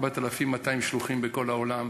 4,200 שלוחים בכל העולם.